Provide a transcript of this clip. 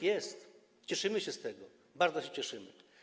Jest, cieszymy się z tego, bardzo się cieszymy.